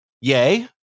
Yay